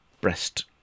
breast